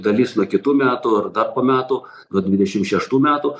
dalys nuo kitų metų ar dar po metų nuo dvidešim šeštų metų